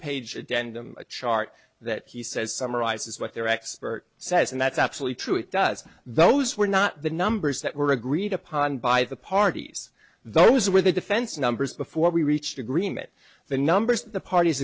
i'm a chart that he says summarizes what their expert says and that's absolutely true it does those were not the numbers that were agreed upon by the parties those were the defense numbers before we reached agreement the numbers the parties